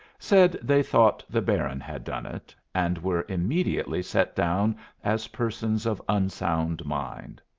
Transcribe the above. said they thought the baron had done it and were immediately set down as persons of unsound mind.